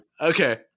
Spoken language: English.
Okay